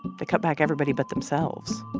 they cut back everybody but themselves